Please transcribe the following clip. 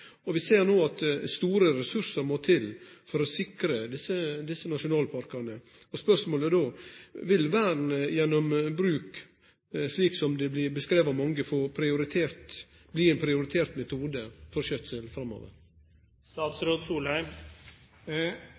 dei. Vi ser no at store ressursar må til for å sikre desse nasjonalparkane. Spørsmålet er då: Vil vern gjennom bruk, slik som det blir beskrive av mange, bli ein prioritert metode for skjøtsel